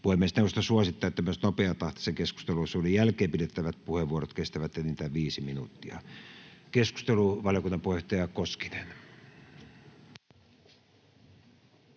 Puhemiesneuvosto suosittaa, että myös nopeatahtisen keskusteluosuuden jälkeen pidettävät puheenvuorot kestävät enintään viisi minuuttia. — Keskustelu, valiokunnan puheenjohtaja Koskinen.